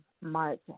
March